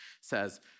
says